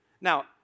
Now